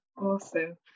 Awesome